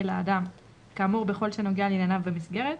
לאדם כאמור בכל שנוגע לענייניו במסגרת,